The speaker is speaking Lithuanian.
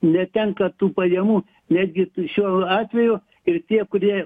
netenka tų pajamų netgi šiuo atveju ir tie kurie